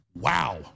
Wow